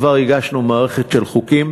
כבר הגשנו מערכת של חוקים